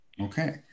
Okay